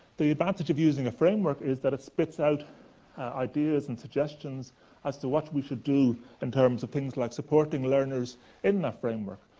the advantage of using a framework is that it spits out ideas and suggestions as to what we could do in terms of things like supporting learners in that framework.